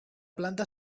planta